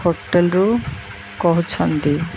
ହୋଟେଲ୍ରୁ କହୁଛନ୍ତି